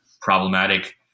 problematic